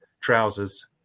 trousers